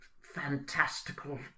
fantastical